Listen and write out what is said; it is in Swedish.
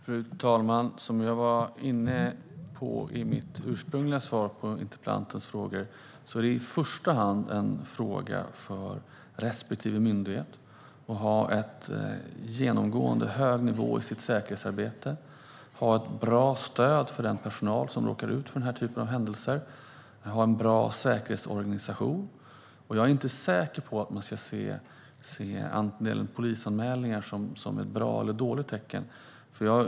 Fru talman! Som jag var inne på i mitt svar på interpellantens frågor är det i första hand en fråga för respektive myndighet att ha en genomgående hög nivå på sitt säkerhetsarbete, att ha ett bra stöd för den personal som råkar ut för denna typ av händelser och att ha en bra säkerhetsorganisation. Jag är inte säker på att man ska se andelen polisanmälningar som ett bra eller dåligt tecken.